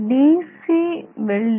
C வெல்டிங்கில் D